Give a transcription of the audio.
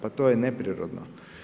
Pa to je neprirodno.